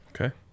Okay